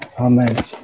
amen